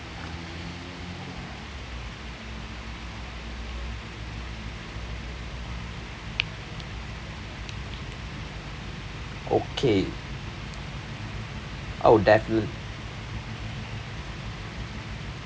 okay oh defini~